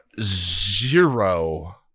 zero